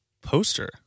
poster